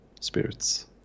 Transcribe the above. spirits